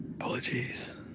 Apologies